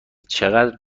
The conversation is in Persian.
چقدر